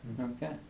Okay